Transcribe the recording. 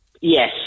Yes